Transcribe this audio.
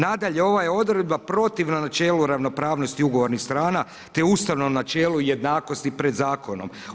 Nadalje, ova je odredba protivna načelu ravnopravnosti ugovornih strana, te ustavnom načelu jednakosti pred zakonom.